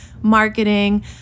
marketing